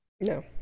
No